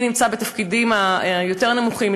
מי נמצא בתפקידים היותר-נמוכים,